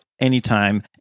anytime